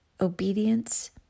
Obedience